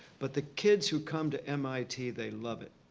but the kids who come to mit, they love it.